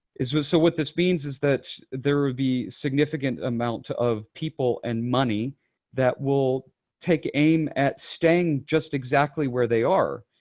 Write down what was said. but so what this means is that there would be significant amount of people and money that will take aim at staying just exactly where they are.